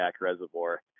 reservoir